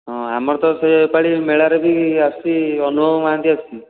ହଁ ଆମର ତ ସେ ପାଳି ମେଳାରେ ବି ଆସୁଛି ଅନୁଭବ ମହାନ୍ତି ଆସୁଛି